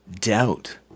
doubt